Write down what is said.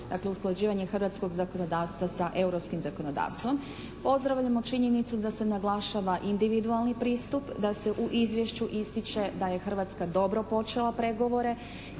Dakle usklađivanje hrvatskog zakonodavstva sa europskim zakonodavstvom. Pozdravljamo činjenicu da se naglašava individualni pristup. Da se u izvješću ističe da je Hrvatska dobro počela pregovore